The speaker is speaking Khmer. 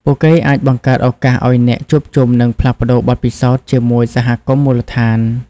ពួកគេអាចបង្កើតឱកាសឲ្យអ្នក ជួបជុំ និងផ្លាស់ប្តូរបទពិសោធន៍ ជាមួយសហគមន៍មូលដ្ឋាន។